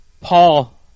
Paul